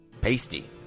pasty